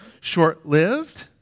short-lived